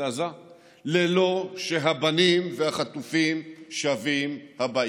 עזה ללא שהבנים והחטופים שבים הביתה.